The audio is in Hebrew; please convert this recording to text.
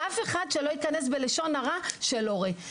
שאף אחד לא ייכנס ללשון הרע של הורה.